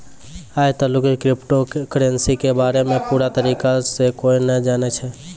आय तलुक crypto currency के बारे मे पूरा तरीका से कोय नै जानै छै